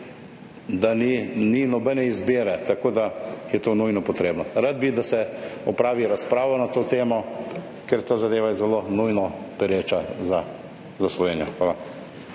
da ni nobene izbire, tako da je to nujno potrebno. Rad bi, da se opravi razprava na to temo, ker je ta zadeva zelo pereča za Slovenijo. Hvala.